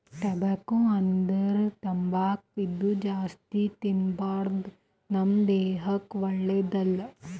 tobacco ಅಂದ್ರ ತಂಬಾಕ್ ಇದು ಜಾಸ್ತಿ ತಿನ್ಬಾರ್ದು ನಮ್ ದೇಹಕ್ಕ್ ಒಳ್ಳೆದಲ್ಲ